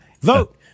Vote